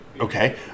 Okay